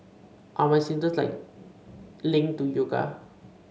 are my symptoms like linked to yoga